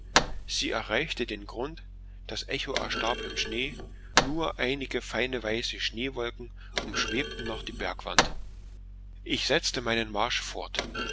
sie erreichte den grund das echo erstarb im schnee nur einige feine weiße schneewolken umschwebten noch die bergwand ich setzte meinen marsch fort